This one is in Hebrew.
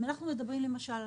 למשל,